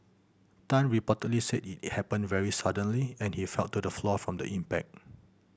Tan reportedly said it happened very suddenly and he fell to the floor from the impact